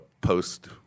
post